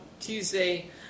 Tuesday